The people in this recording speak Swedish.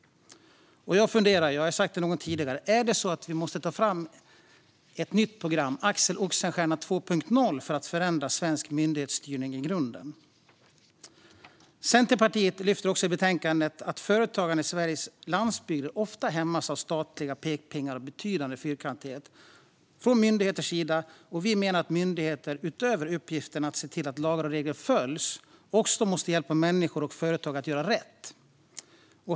Jag funderar och har sagt det någon gång tidigare: Är det så att vi måste ta fram ett nytt program, Axel Oxenstierna 2.0, för att förändra svensk myndighetsstyrning i grunden? Centerpartiet lyfter också fram i betänkandet att företagare i Sveriges landsbygd ofta hämmas av statliga pekpinnar och betydande fyrkantighet från myndigheters sida. Vi menar att myndigheter, utöver uppgiften att se till att lagar och regler följs, också måste hjälpa människor och företag att göra rätt.